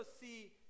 see